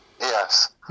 Yes